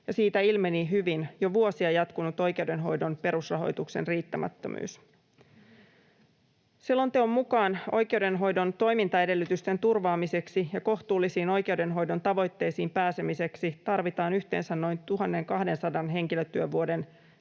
siitä ilmeni hyvin jo vuosia jatkunut oikeudenhoidon perusrahoituksen riittämättömyys. Selonteon mukaan oikeudenhoidon toimintaedellytysten turvaamiseksi ja kohtuullisiin oikeudenhoidon tavoitteisiin pääsemiseksi tarvitaan yhteensä noin 1 200 henkilötyövuoden